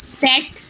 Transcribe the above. set